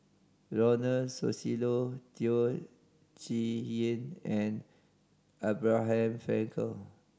Ronald Susilo Teo Chee Hean and Abraham Frankel